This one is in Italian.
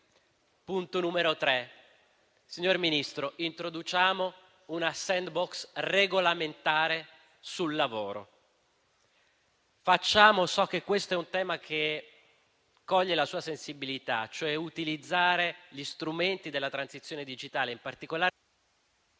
un altro punto. Signor Ministro, introduciamo una *sandbox* regolamentare sul lavoro. So che questo tema coglie la sua sensibilità: utilizzare gli strumenti della transizione digitale, in particolare